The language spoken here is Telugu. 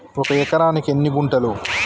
ఒక ఎకరానికి ఎన్ని గుంటలు?